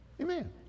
Amen